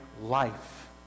life